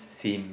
theme